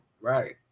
Right